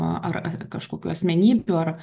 ar kažkokių asmenybių ar